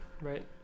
Right